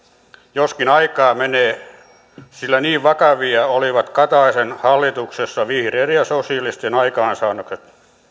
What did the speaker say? joskin aikaa menee sillä niin vakavia olivat kataisen hallituksessa vihreiden ja sosialistien aikaansaannokset